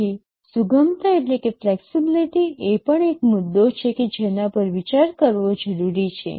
તેથી સુગમતા એ પણ એક મુદ્દો છે કે જેના પર વિચાર કરવો જરૂરી છે